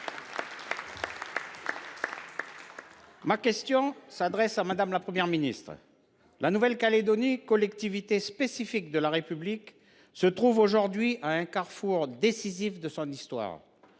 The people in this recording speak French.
de notre République ! Madame la Première ministre, la Nouvelle Calédonie, collectivité spécifique de la République, se trouve aujourd’hui à un carrefour décisif de son histoire.